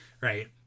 right